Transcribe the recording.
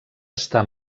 està